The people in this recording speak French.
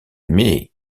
mais